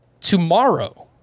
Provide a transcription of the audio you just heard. tomorrow